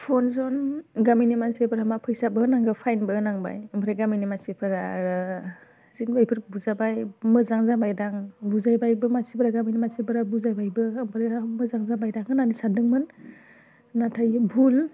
phone सन गामिनि मानसिफोरा मा फैसाबो होनांगौ फाइनबो होनांबाय ओमफ्राय गामिनि मानसिफोरा आरो जेनबा बेफोरखौ बुजाबाय मोजां जाबाय दां बुजायबायबो मानसिफोरा गामिनि मानसिफोरा बुजायबायबो ओमफ्राय बिराथ मोजां जाबाय दां होन्नानै सानदोंमोन नाथाइ बियो बुहुथ